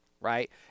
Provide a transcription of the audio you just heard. right